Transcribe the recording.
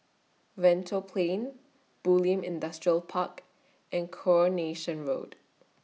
Lentor Plain Bulim Industrial Park and Coronation Road